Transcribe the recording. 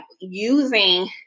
using